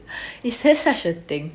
is there such a thing